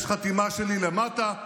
יש חתימה שלי למטה,